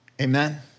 Amen